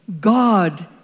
God